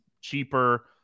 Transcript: cheaper